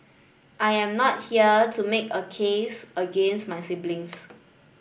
I am not here to make a case against my siblings